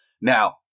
now